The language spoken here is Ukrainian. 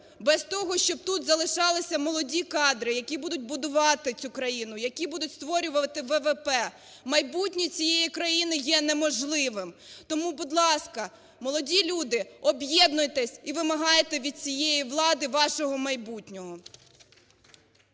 без того, щоб тут залишалися молоді кадри, які будуть будувати цю країну, які будуть створювати ВВП, майбутнє цієї країни є неможливим. Тому, будь ласка, молоді люди, об'єднуйтесь і вимагайте від цієї влади вашого майбутнього.